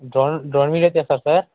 drone drone video తీస్తారా sir